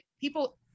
people